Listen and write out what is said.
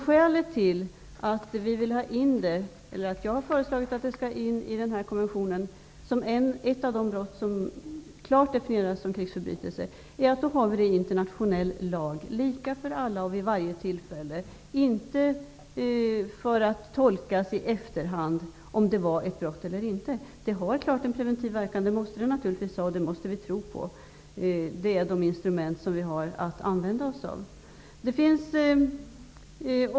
Skälet till att jag har föreslagit att detta skall in i den här konventionen som ett av de brott som klart definieras som krigsförbrytelse är att då har vi det i internationell lag, lika för alla och vid varje tillfälle. Man skall inte tolka i efterhand om det var ett brott eller inte. Detta har klart en preventiv verkan. Det måste det ha, och det måste vi tro på. Det är dessa instrument vi har att använda oss av.